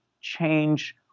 change